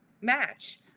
match